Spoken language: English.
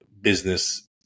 business